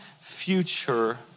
future